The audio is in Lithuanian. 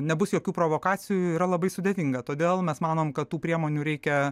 nebus jokių provokacijų yra labai sudėtinga todėl mes manom kad tų priemonių reikia